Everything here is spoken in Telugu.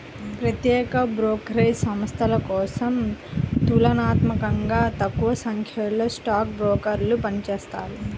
ప్రత్యేక బ్రోకరేజ్ సంస్థల కోసం తులనాత్మకంగా తక్కువసంఖ్యలో స్టాక్ బ్రోకర్లు పనిచేత్తారు